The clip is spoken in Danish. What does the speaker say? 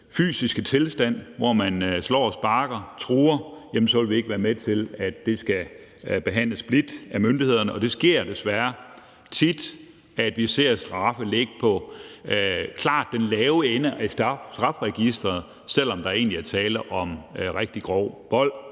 fysiske tilstand, hvor man slår og sparker, truer, jamen så vil vi ikke være med til, at det skal behandles blidt af myndighederne. Det sker desværre tit, at vi ser straffe ligge i klart den lave ende af strafferegistret, selv om der egentlig er tale om rigtig grov vold,